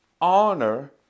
honor